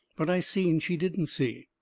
but i seen she didn't see.